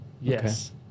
yes